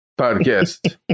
podcast